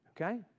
Okay